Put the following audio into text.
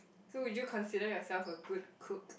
so would you consider yourself a good cook